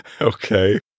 Okay